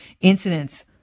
incidents